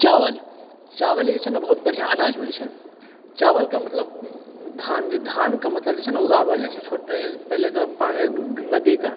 चावल चावल जे छै ने बहुत बढ़िआँ अनाज होइ छै चावलके मतलब धान धान जे धानके मतलब जे छै ने उगाओल जाइ छै छोटे पहिले तऽ पानि नदीके